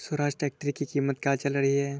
Swaraj tractor की कीमत क्या चल रही है?